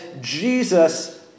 Jesus